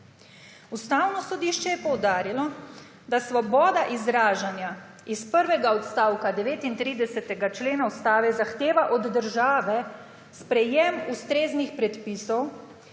Ustavno sodišče je poudarilo, da svoboda izražanja iz prvega odstavka 39. člena Ustave zahteva od države sprejem ustreznih predpisov,